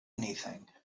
anything